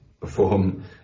perform